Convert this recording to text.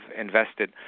invested